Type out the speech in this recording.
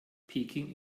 peking